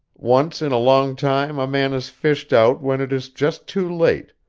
once in a long time a man is fished out when it is just too late,